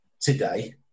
Today